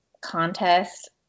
contest